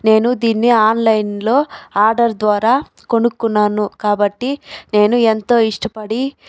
నేను దీన్ని ఆన్లైన్ లో ఆర్డర్ ద్వారా కొనుక్కున్నాను కాబట్టి నేను ఎంతో ఇష్టపడి